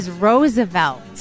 Roosevelt